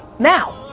now!